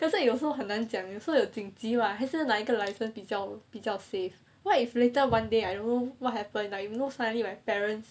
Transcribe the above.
可是有时候很难讲有哪一个紧急吗还是哪一个 license 比较 safe what if later one day I don't know what happen lah you know suddenly my parent